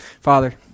Father